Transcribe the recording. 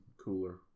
cooler